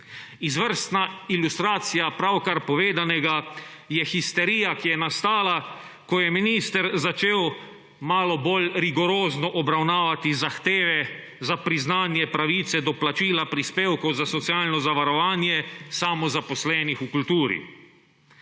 Izvrstna ilustracija pravkar povedanega je histerija, ki je nastala, ko je minister začel malo bolj rigorozno obravnavati zahteve za priznanje pravica do plačila prispevkov za socialno zavarovanje samozaposlenih v kulturi.